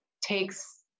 takes